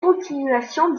continuation